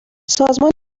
سازمان